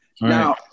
now-